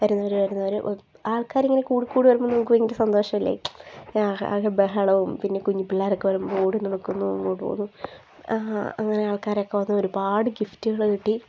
വരുന്നവർ വരുന്നവർ ആൾക്കാരിങ്ങനെ കൂടി കൂടി വരുമ്പോൾ നമുക്ക് ഭയങ്കര സന്തോഷമല്ലേ ഒരു ബഹളവും പിന്നെ കുഞ്ഞു പിള്ളാരൊക്കെ വരുമ്പോൾ ഓടി നടക്കുന്നു അങ്ങോട്ടോടും അങ്ങനെ ആൾക്കാരൊക്ക വന്നു ഒരുപാട് ഗിഫ്റ്റുകൾ കിട്ടി